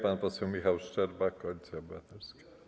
Pan poseł Michał Szczerba, Koalicja Obywatelska.